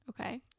Okay